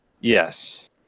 yes